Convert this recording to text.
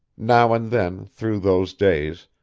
now and then, through those days,